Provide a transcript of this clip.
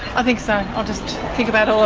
i think so. i'll just think about all